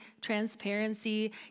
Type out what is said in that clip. transparency